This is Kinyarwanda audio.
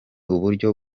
uburyo